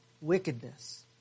Wickedness